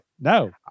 no